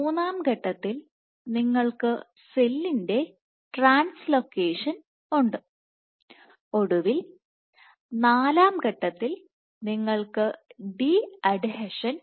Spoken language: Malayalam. മൂന്നാം ഘട്ടത്തിൽ നിങ്ങൾക്ക് സെല്ലിന്റെ ട്രാൻസ് ലൊ ക്കേഷൻ ഉണ്ട് ഒടുവിൽ നാലാം ഘട്ടത്തിൽ നിങ്ങൾക്ക് ഡി അഡ്ഹീഷൻ ഉണ്ട്